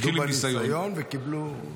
עמדו בניסיון וקיבלו,